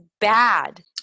bad